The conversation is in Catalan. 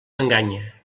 enganya